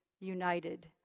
united